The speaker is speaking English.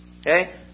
Okay